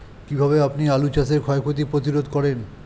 কীভাবে আপনি আলু চাষের ক্ষয় ক্ষতি প্রতিরোধ করেন?